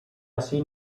así